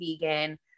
vegan